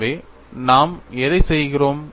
எனவே நாம் எதைச் செய்கிறோம்